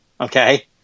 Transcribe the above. okay